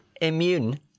immune